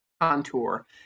contour